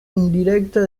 indirecta